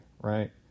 Right